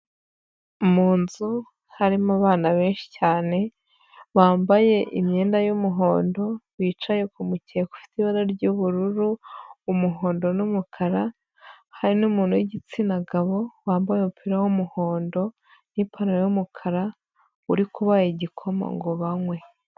Munzu harimo abana benshi cyane, bambaye imyenda y'umuhondo, bicaye ku mukeka ufite ibara ry'ubururu, umuhondo n'umukara, hamwe n'umuntu w'igitsina gabo wambaye umupira w'umuhondo, n'ipantaro y'umukara uri kubaha igikoma ngo banywe.